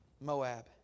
Moab